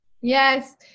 Yes